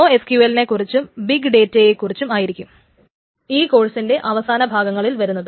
NoSQL നെ കുറിച്ചും big data യേയും കുറിച്ചായിരിക്കും ഈ കോഴ്സിന്റെ അവസാനം വരുന്ന മോഡ്യൂളുകളിൽ വരുന്നത്